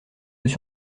les